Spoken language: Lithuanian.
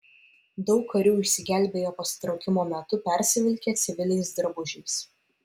daug karių išsigelbėjo pasitraukimo metu persivilkę civiliais drabužiais